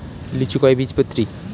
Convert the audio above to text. লিচু কয় বীজপত্রী?